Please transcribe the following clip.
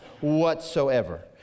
Whatsoever